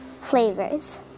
flavors